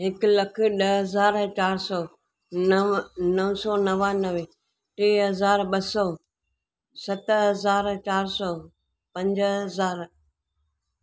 हिकु लखु ॾह हज़ार चारि सौ नव नौ सौ नवानवे टे हज़ार ॿ सौ सत हज़ार चारि सौ पंज हज़ार